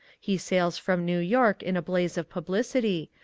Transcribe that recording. he sails from new york in a blaze of publicity,